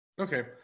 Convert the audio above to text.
Okay